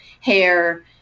hair